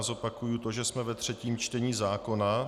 Zopakuji to, že jsme ve třetím čtení zákona.